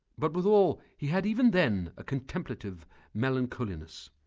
but withal, he had even then a contemplative melancholiness.